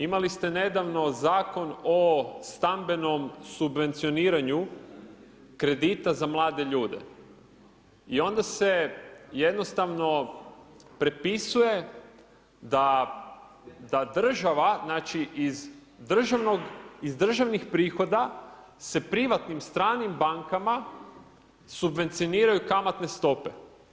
Imali ste nedavno Zakon o stambenom subvencioniranju kredita za mlade ljude, i ona se jednostavno prepisuje da država, znači iz državnog, iz državnih prihoda, se privatnim stranim bankama, subvencioniraju kamatne stope.